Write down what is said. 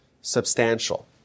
substantial